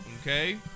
Okay